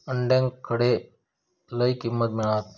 अंड्याक खडे लय किंमत मिळात?